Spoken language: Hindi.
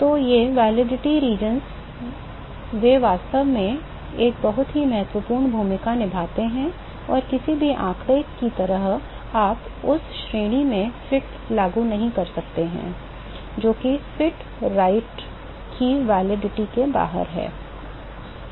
तो ये वैधता क्षेत्र वे वास्तव में एक बहुत ही महत्वपूर्ण भूमिका निभाते हैं और किसी भी आंकड़े की तरह आप उस श्रेणी में फिट लागू नहीं कर सकते हैं जो कि फिट राइट की वैधता से बाहर है